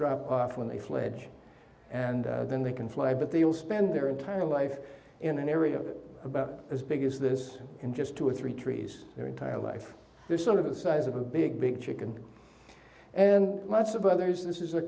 drop off when they fled and then they can fly but they will spend their entire life in an area about as big as this in just two or three trees their entire life this sort of the size of a big big chicken and lots of others this is a